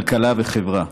כלכלה וחברה.